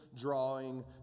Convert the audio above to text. drawing